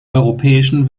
europäischen